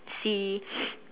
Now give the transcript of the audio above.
see